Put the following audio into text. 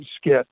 skit